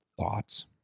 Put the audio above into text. thoughts